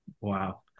Wow